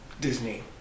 Disney